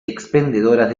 expendedoras